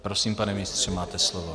Prosím, pane ministře, máte slovo.